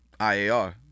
IAR